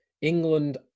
England